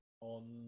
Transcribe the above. on